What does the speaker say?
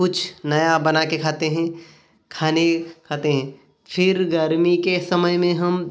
कुछ नया बना कर खाते हैँ खाने खाते हैँ फिर गर्मी के समय में हम